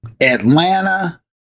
Atlanta